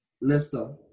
Leicester